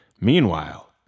Meanwhile